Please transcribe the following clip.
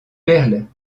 perles